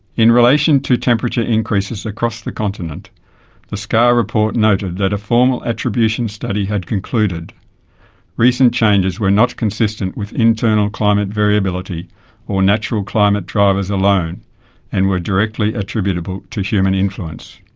in relation to temperature increases across the continent the scar report noted that a formal attribution study had concluded recent changes were not consistent with internal climate variability or natural climate drivers alone and were directly attributable to human influence.